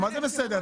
מה זה בסדר?